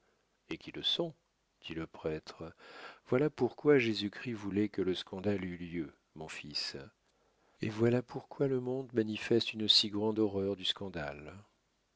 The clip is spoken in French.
et qui le sont dit le prêtre voilà pourquoi jésus-christ voulait que le scandale eût lieu mon fils et voilà pourquoi le monde manifeste une si grande horreur du scandale